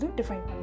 define